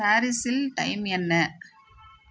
பாரிஸில் டைம் என்ன